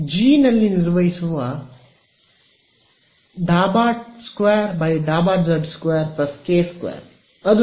G ನಲ್ಲಿ ಕಾರ್ಯನಿರ್ವಹಿಸುವ ∂2 ∂z2 k2 ಅದು ನನ್ನ ಕೆ